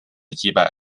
击败